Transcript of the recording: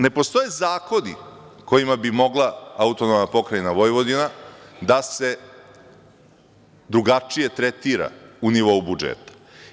Ne postoje zakoni kojima bi mogla AP Vojvodina da se drugačije tretira u nivou budžeta.